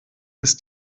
ist